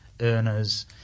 earners